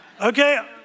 Okay